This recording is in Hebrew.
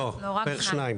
לא, רק שניים.